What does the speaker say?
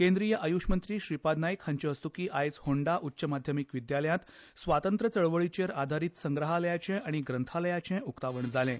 केंद्रीय आयुश मंत्री श्रीपाद नायक हांचे हस्तुकी आयज होंडा उच्च माध्यमिक विद्यालयात स्वातंत्र चळवळीचेर आदारित संग्रहालयाचें आनी ग्रंथालयाचें उक्तावण जालें